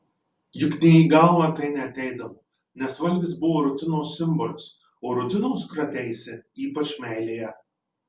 juk nė į galvą tai neateidavo nes valgis buvo rutinos simbolis o rutinos krateisi ypač meilėje